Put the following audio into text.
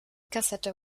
kassette